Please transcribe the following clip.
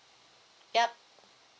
yup